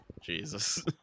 Jesus